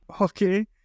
Okay